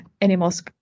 animals